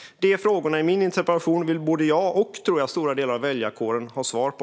Frågorna i min interpellation vill både jag och, tror jag, stora delar av väljarkåren ha svar på.